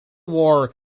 war